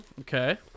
Okay